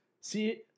See